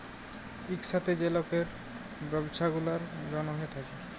ইকসাথে যে লকের ব্যবছা গুলার জ্যনহে থ্যাকে